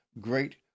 great